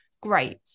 Great